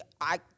I-